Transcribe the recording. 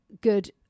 good